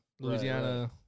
Louisiana